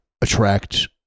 attract